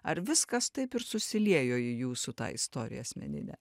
ar viskas taip ir susiliejo į jūsų tą istoriją asmeninę